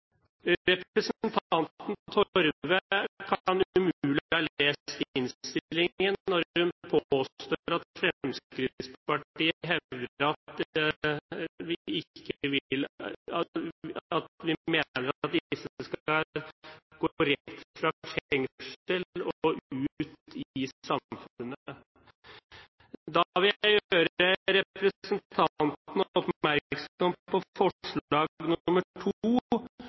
at Fremskrittspartiet hevder at vi mener at disse skal gå rett fra fengsel og ut i samfunnet. Da vil jeg gjøre representanten oppmerksom på forslag